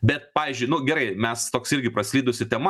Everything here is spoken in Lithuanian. bet pavyzdžiui nu gerai mes toks irgi praslydusi tema